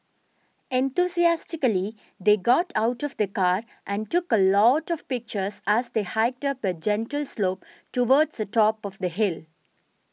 enthusiastically they got out of the car and took a lot of pictures as they hiked up a gentle slope towards the top of the hill